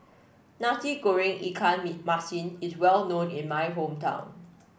Nasi Goreng Ikan me Masin is well known in my hometown